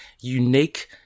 unique